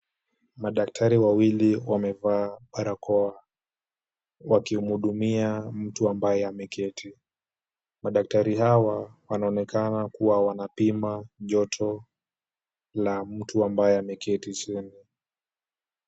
Madaktari wawili wamevaa barakoa wakimhudumia mtu ambaye ameketi. Madaktari hawa wanaonekana kuwa wanapima joto la mtu ambaye ameketi chini.